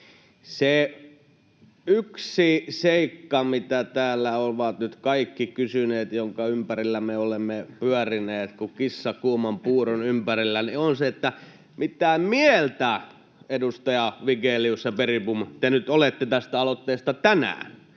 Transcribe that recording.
Se yksi seikka, mitä täällä ovat nyt kaikki kysyneet, jonka ympärillä me olemme pyörineet kuin kissa kuuman puuron ympärillä, on se, mitä mieltä te, edustajat Vigelius ja Bergbom, olette tästä aloitteesta tänään.